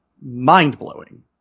mind-blowing